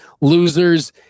losers